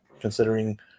considering